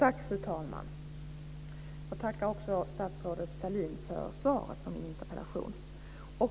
Fru talman! Jag tackar statsrådet Sahlin för svaret på min interpellation.